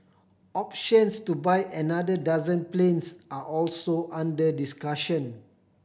options to buy another dozen planes are also under discussion